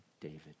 David